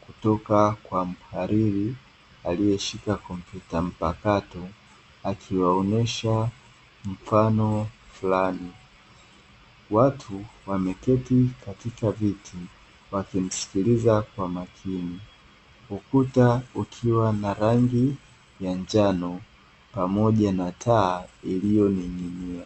kutoka kwa mhariri aliyeshika kompyuta mpakato akiwaonyesha mfano fulani, watu wameketi katika viti wakimsikiliza kwa makini ukuta ukiwa na rangi ya njano pamoja na taa iliyoning'inia.